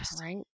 right